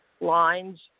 lines